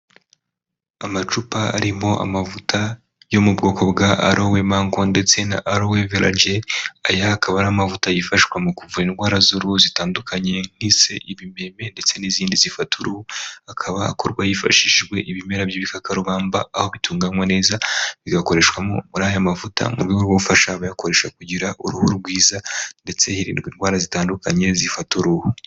Amacupa arimo amavuta yo mu bwoko bwa Alowe mango ndetse na alowe vera gel aya akaba ari amavuta yifashwa mu kuvura indwara z'uruhu zitandukanye nk'ise, ibimeme ndetse n'izindi zifata uruhu akaba akorwa hifashishijwe ibimera by'ibikakarubamba aho bitunganywa neza bigakoreshwamo muri aya mavuta mu rwego rwo gufasha abayakoresha kugira uruhu rwiza ndetse hirindwa indwara zitandukanye zifata uruhu.